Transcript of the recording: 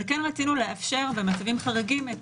אבל כן רצינו לאפשר במצבים חריגים את